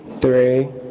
three